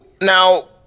Now